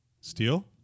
Steel